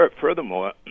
furthermore